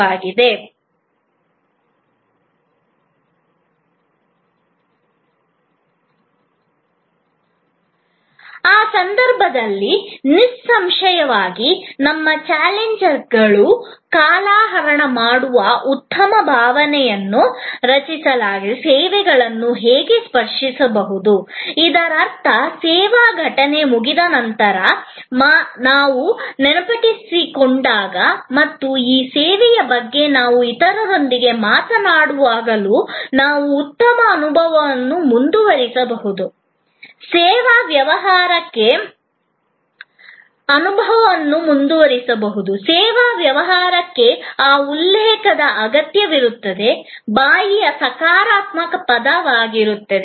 ಆ ಸಂದರ್ಭದಲ್ಲಿ ನಿಸ್ಸಂಶಯವಾಗಿ ನಮ್ಮ ಚಾಲೆಂಜರ್ಗಳು ಕಾಲಹರಣ ಮಾಡುವ ಉತ್ತಮ ಭಾವನೆಯನ್ನು ಸಹ ರಚಿಸಲು ಸೇವೆಗಳನ್ನು ಸ್ಪರ್ಶಿಸಬಹುದು ಇದರರ್ಥ ಸೇವಾ ಘಟನೆ ಮುಗಿದ ನಂತರ ಮತ್ತು ನಾವು ನೆನಪಿಸಿಕೊಂಡಾಗ ಮತ್ತು ಆ ಸೇವೆಯ ಬಗ್ಗೆ ನಾವು ಇತರರೊಂದಿಗೆ ಮಾತನಾಡುವಾಗಲೂ ನಾವು ಉತ್ತಮ ಅನುಭವವನ್ನು ಮುಂದುವರಿಸಬಹುದು ಸೇವಾ ವ್ಯವಹಾರಕ್ಕೆ ಆ ಉಲ್ಲೇಖದ ಅಗತ್ಯವಿರುತ್ತದೆ ಬಾಯಿಯ ಸಕಾರಾತ್ಮಕ ಪದ ಆಗಿರುತ್ತದೆ